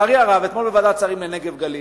לצערי הרב, אתמול בוועדת השרים לנגב והגליל,